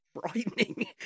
frightening